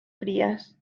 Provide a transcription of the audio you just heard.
frías